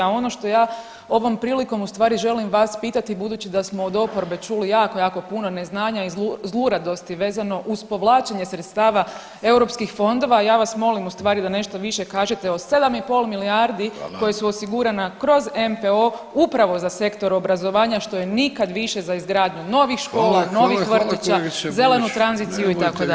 A ono što ja ovom prilikom u stvari želim vas pitati budući da smo od oporbe čuli jako, jako puno neznanja i zluradosti vezano uz povlačenje sredstava europskih fondova ja vas molim u stvari da nešto više kažete o 7,5 milijardi [[Upadica: Hvala.]] koja su osigurana kroz NPO upravo za sektor obrazovanja što je nikad više za izgradnju novih škola, [[Upadica: Hvala, hvala kolegice Burić.]] novih vrtića, zelenu tranziciju itd.